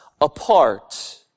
apart